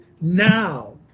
now